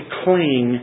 cling